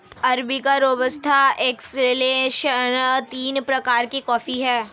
arabica robusta excelsa तीन प्रकार के कॉफी हैं